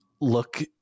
look